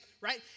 right